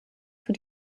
für